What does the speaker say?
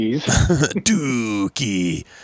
dookie